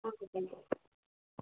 okay thank you